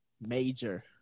major